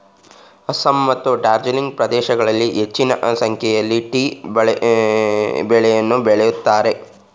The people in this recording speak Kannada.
ಅಸ್ಸಾಂ ಮತ್ತು ಡಾರ್ಜಿಲಿಂಗ್ ಪ್ರದೇಶಗಳಲ್ಲಿ ಹೆಚ್ಚಿನ ಸಂಖ್ಯೆಯಲ್ಲಿ ಟೀ ಬೆಳೆಯನ್ನು ಬೆಳಿತರೆ